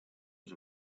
was